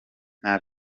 nta